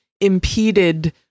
impeded